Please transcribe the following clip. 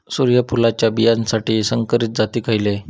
सूर्यफुलाच्या बियानासाठी संकरित जाती खयले?